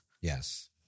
Yes